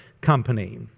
company